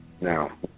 Now